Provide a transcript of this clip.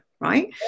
right